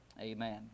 Amen